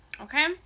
okay